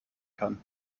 kann